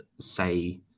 say